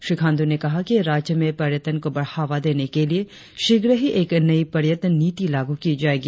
श्री खाण्डू ने कहा कि राज्य में पर्यटन को बढ़ावा देने के लिए शीघ्र ही एक नई पर्यटन नीति लागू की जायेगी